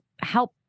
help